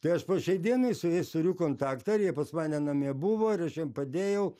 tai aš po šiai dienai su jais turiu kontaktą ir jie pas mane namie buvo ir aš jiem padėjau